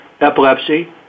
epilepsy